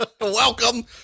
Welcome